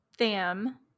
Tham